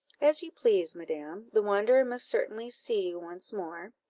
as you please, madam the wanderer must certainly see you once more,